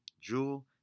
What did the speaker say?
Jewel